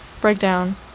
breakdown